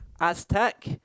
Aztec